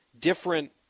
different